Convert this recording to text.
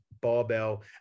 barbell